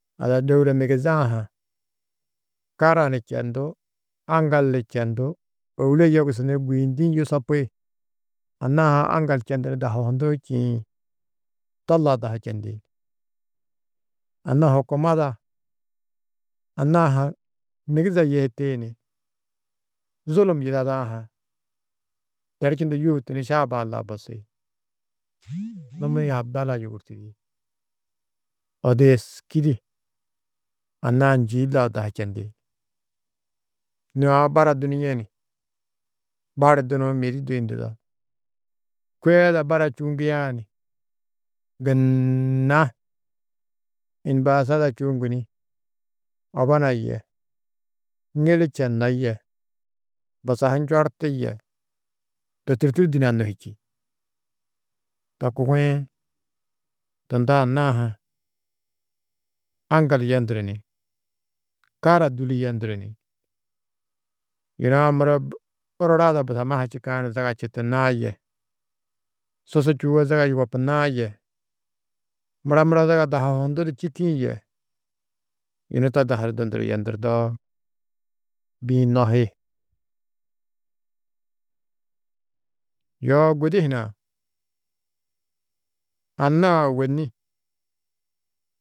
Ada dôula migiza-ã ha, kara ni čendú, aŋgal ni čendú, ôwule yogusu ni gûyindĩ yusopi. Anna-ã ha aŋgal čendu ni dahu hunduu čîĩ, to lau dahu čendi. Anna hukumada anna-ã ha migize yihiti ni zulum yidadã ha terčundu yûhutu ni šaaba-ã lau bosi. Numi-ĩ adala yûgurtidi. Odu êski di anna-ã njîi lau dahu čendi. Nû aũ bara dunîe ni, bari dunuũ mêdi duyundudo, kôe ada bara čûuŋgiã ni gunna "inbiasada" čûuŋgu ni, obona yê, ŋili čennó yê, busahu njorti yê, to tûrtu du dîne-ã nohî čî. To kuguĩ, tunda anna-ã ha aŋgal yenduru ni kara dûli yenduru ni yuna-ã muro urura ada busamma ha čîkã ni zaga čitinãá yê, susu čûwo zaga yugopunãá yê, mura mura zaga dahu hundu du čîkiĩ yê, yunu to dahu du dunduru yendurdoó bî-ĩ nohi. Yoo, gudi hunã anna-ã ôwonni